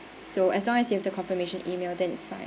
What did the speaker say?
so as long as you have the confirmation email then it's fine